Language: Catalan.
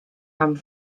amb